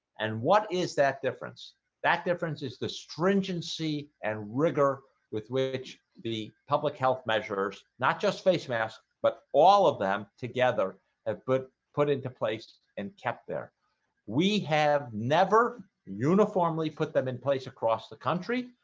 and what is that difference that difference is the stringency and rigor with which? the public health measures not just face masks but all of them together have been but put into place and kept there we have never uniformly put them in place across the country.